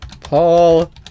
Paul